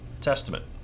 Testament